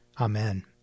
Amen